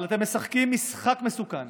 אבל אתם משחקים משחק מסוכן